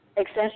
Access